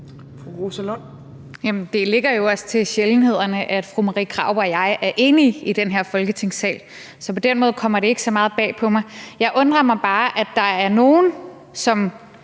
det hører jo også til sjældenhederne, at fru Marie Krarup og jeg er enige i den her Folketingssal, så på den måde kommer det ikke så meget bag på mig. Jeg undrer mig bare over, at der er nogle, man